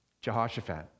Jehoshaphat